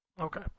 Okay